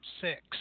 six